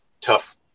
tough